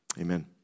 Amen